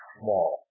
small